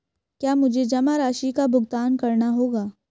क्या मुझे जमा राशि का भुगतान करना होगा?